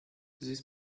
this